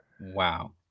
Wow